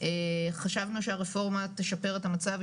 חשבנו שהרפורמה תשפר את המצב.